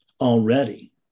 already